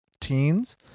teens